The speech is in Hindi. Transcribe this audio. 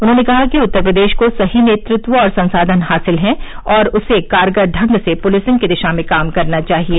उन्होंने कहा कि उत्तर प्रदेश को सही नेतृत्व और संसाधन हासिल हैं और उसे कारगर ढंग से पुलिसिंग की दिशा में काम करना चाहिये